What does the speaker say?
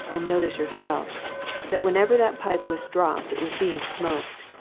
and notice yourself that whenever that pipe was dropped it was being smoked!